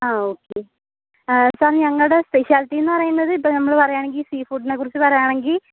ആ okay sir ഞങ്ങളുടെ speciality എന്ന് പറയുന്നത് ഇപ്പോൾ നമ്മള് പറയുവാണെങ്കിൽ സീ ഫുഡിനെക്കുറിച്ച് പറയുവാണെങ്കിൽ